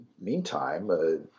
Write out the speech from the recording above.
meantime